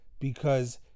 Because-